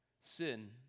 sin